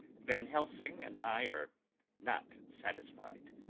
van helsing and i are not satisfied.